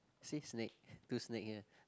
see snake two snake here